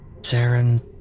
Saren